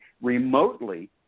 remotely